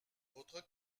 votre